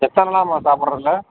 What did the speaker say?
எத்தனை நாளும்மா சாப்பிடுறது இல்லை